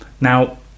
Now